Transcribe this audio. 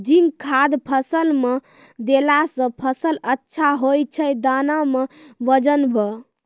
zinc खाद फ़सल मे देला से फ़सल अच्छा होय छै दाना मे वजन ब